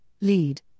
lead